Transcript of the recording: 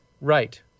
Right